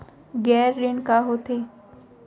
गैर ऋण का होथे?